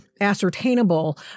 ascertainable